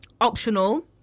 optional